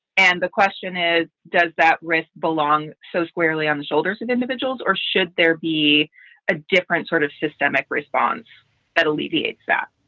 and the question is, does that risk belong so squarely on the shoulders of individuals or should there be a different sort of systemic response that alleviates that?